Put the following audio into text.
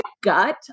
gut